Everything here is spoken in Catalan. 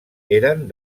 eren